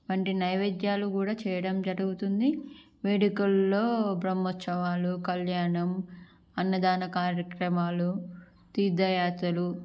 వంటి నైవేద్యాలు కూడా చేయడం జరుగుతుంది వేడుకలలో బ్రహ్మోత్సవాలు కళ్యాణం అన్నదాన కార్యక్రమాలు తీర్థయాత్రలు